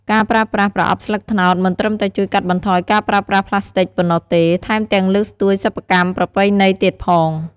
ការប្រើប្រាស់ប្រអប់ស្លឹកត្នោត មិនត្រឹមតែជួយកាត់បន្ថយការប្រើប្រាស់ប្លាស្ទិកប៉ុណ្ណោះទេ ថែមទាំងលើកស្ទួយសិប្បកម្មប្រពៃណីទៀតផង។